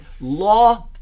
law